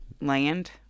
land